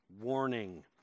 warning